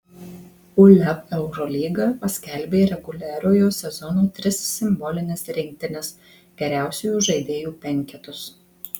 uleb eurolyga paskelbė reguliariojo sezono tris simbolines rinktines geriausiųjų žaidėjų penketus